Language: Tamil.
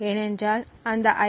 ஏனென்றால் அந்த ஐ